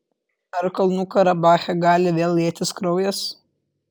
ar kalnų karabache gali vėl lietis kraujas